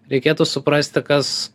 reikėtų suprasti kas